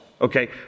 okay